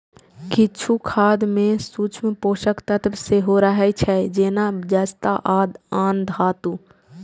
किछु खाद मे सूक्ष्म पोषक तत्व सेहो रहै छै, जेना जस्ता आ आन धातु